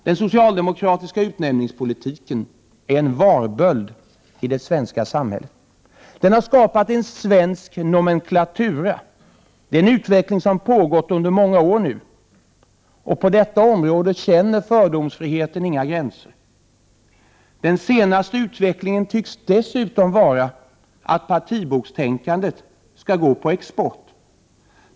Den socialdemokratiska utnämningspolitiken är en varböld i det svenska samhället. Den har skapat en svensk nomenklatur. Det är en utveckling som pågått under många år nu. På detta område känner numera fördomsfriheten inga gränser. Den senaste utvecklingen tycks dessutom vara att partibokstänkandet skall gå på export.